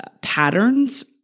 patterns